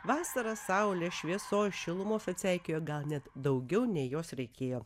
vasara saulės šviesos šilumos atseikėjo gal net daugiau nei jos reikėjo